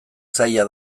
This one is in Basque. zaila